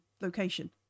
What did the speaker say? location